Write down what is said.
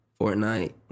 Fortnite